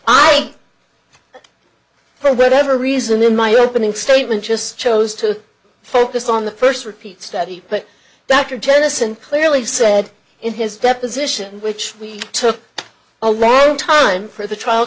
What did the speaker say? i for whatever reason in my opening statement just chose to focus on the first repeat study but that are tennyson clearly said in his deposition which we took a long time for the trial